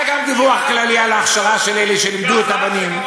היה גם דיווח כללי על ההכשרה של אלה שלימדו את הבנים,